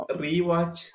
rewatch